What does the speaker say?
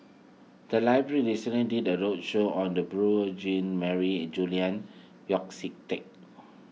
the library recently did a roadshow on the Beurel Jean Marie and Julian Yeo See Teck